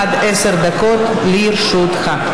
עד עשר דקות לרשותך.